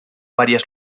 varias